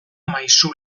maisu